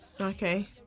Okay